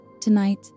Tonight